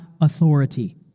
authority